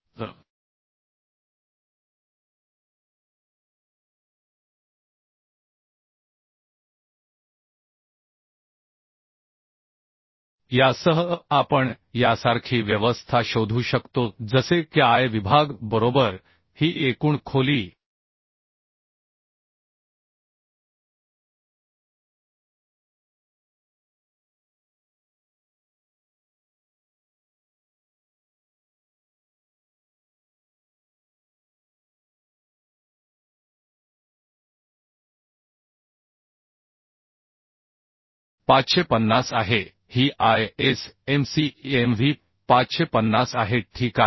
तर यासह आपण यासारखी व्यवस्था शोधू शकतो जसे की I विभाग बरोबर ही एकूण खोली 550 आहे ही ISMC M V 550 आहे ठीक आहे